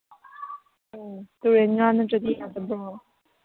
ꯎꯝ ꯇꯨꯔꯦꯟ ꯉꯥ ꯅꯠꯇ꯭ꯔꯗꯤ ꯌꯥꯗꯕ꯭ꯔꯣ